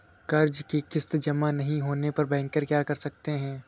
कर्ज कि किश्त जमा नहीं होने पर बैंकर क्या कर सकते हैं?